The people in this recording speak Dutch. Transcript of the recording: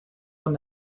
van